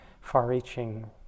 far-reaching